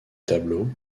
tableau